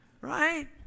right